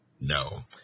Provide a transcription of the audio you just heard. No